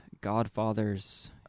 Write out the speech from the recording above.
Godfather's